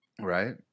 Right